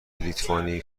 لیتوانی